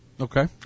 Okay